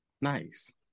Nice